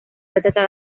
beteta